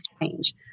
change